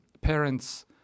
parents